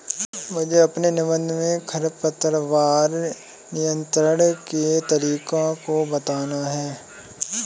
मुझे अपने निबंध में खरपतवार नियंत्रण के तरीकों को बताना है